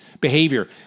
behavior